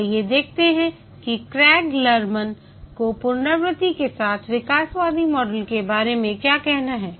आइए देखते हैं कि क्रेग लर्मन को पुनरावृत्ति के साथ विकासवादी मॉडल के बारे में क्या कहना है